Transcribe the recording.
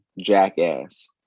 jackass